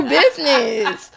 business